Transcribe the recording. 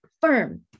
firm